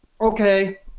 okay